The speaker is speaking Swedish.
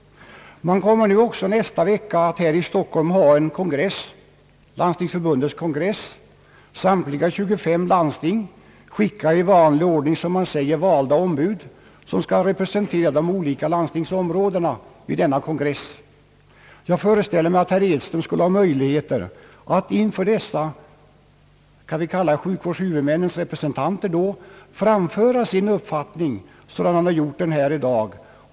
Man kommer också att nästa vecka här i Stockholm hålla en kongress, Landstingsförbundets kongress. Samtliga 25 landsting kommer att i vanlig ordning skicka som man säger valda ombud, som skall representera de olika landstingsområdena vid denna kongress. Jag föreställer mig att herr Edström skulle ha möjlighet att inför dessa, vi kan kalla dem sjukvårdshuvudmännens representanter, framföra sin uppfattning såsom han har gjort här i dag.